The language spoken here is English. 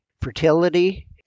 fertility